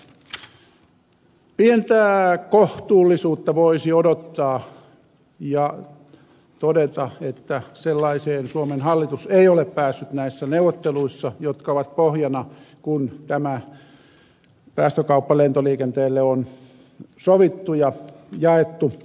mutta pientä kohtuullisuutta voisi odottaa ja todeta että sellaiseen suomen hallitus ei ole päässyt näissä neuvotteluissa jotka ovat pohjana kun tämä päästökauppa lentoliikenteelle on sovittu ja jaettu maiden kesken